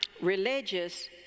religious